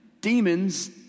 demons